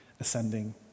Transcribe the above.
ascending